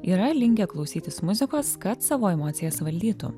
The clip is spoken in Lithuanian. yra linkę klausytis muzikos kad savo emocijas valdytų